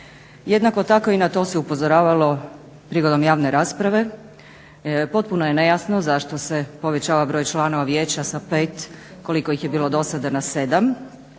Jednako tako i na to se upozoravalo prigodom javne rasprave. Potpuno je nejasno zašto se povećava broj članova vijeća sa 5 koliko ih je bilo do sada na 7.